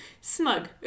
Smug